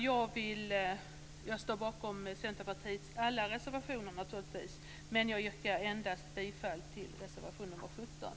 Jag står naturligtvis bakom Centerpartiets alla reservationer, men jag yrkar bifall endast till reservation nr 17.